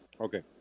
Okay